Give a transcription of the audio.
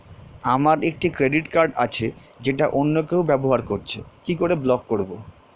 আমার একটি credit card আছে যেটা অন্য কেউ ব্যবহার করছে কি করে ব্লক করবো?